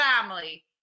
family